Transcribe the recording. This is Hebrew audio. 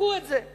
תמחקו את זה.